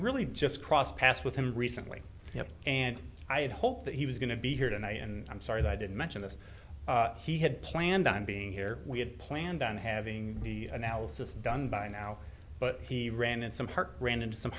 really just crossed paths with him recently and i had hoped that he was going to be here tonight and i'm sorry that i didn't mention that he had planned on being here we had planned on having the analysis done by now but he ran and some ran into some